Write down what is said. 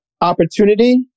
opportunity